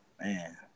Man